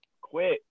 Quit